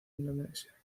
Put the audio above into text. indonesia